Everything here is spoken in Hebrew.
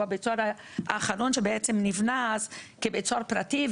הוא בית הסוהר האחרון שנבנה כבית סוהר פרטי,